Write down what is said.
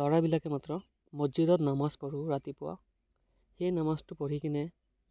ল'ৰাবিলাকে মাত্ৰ মছজিদত নামাজ পঢ়োঁ ৰাতিপুৱা সেই নামাজটো পঢ়ি কিনে